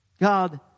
God